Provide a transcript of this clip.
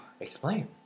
Explain